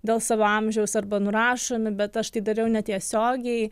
dėl savo amžiaus arba nurašomi bet aš tai dariau ne tiesiogiai